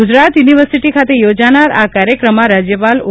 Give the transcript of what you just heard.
Gujarat university ખાતે યોજાનાર આ કાર્યક્રમમાં રાજ્યપાલ શ્રી ઓ